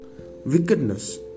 Wickedness